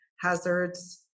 hazards